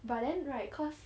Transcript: but then right cause